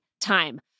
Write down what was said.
time